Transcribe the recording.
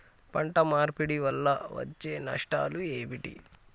పంట మార్పిడి వల్ల వచ్చే నష్టాలు ఏమిటి?